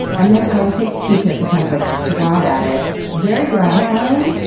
and then i had to take a q-tip and kind of like swab at it. very gratifying,